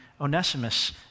Onesimus